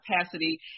capacity